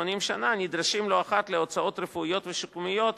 שנה נדרשים לא אחת להוצאות רפואיות ושיקומיות,